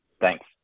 Thanks